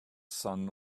son